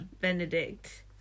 Benedict